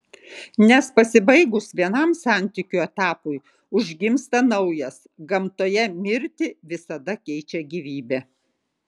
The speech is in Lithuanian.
nes pasibaigus vienam santykių etapui užgimsta naujas gamtoje mirtį visada keičia gyvybė